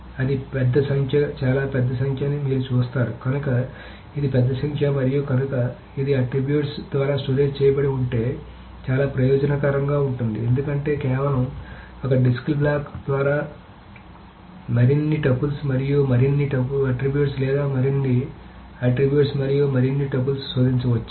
అది పెద్ద సంఖ్య చాలా పెద్ద సంఖ్య అని మీరు చూస్తారు కనుక ఇది పెద్ద సంఖ్య మరియు కనుక ఇది అట్రిబ్యూట్స్ ద్వారా స్టోరేజ్ చేయబడి ఉంటే చాలా ప్రయోజనకరంగా ఉంటుంది ఎందుకంటే కేవలం ఒక డిస్క్ బ్లాక్ ద్వారా మరిన్ని టపుల్స్ మరియు మరిన్ని అట్రిబ్యూట్స్ లేదా మరిన్ని మరిన్ని అట్రిబ్యూట్స్ మరియు మరిన్ని టపుల్స్ శోధించవచ్చు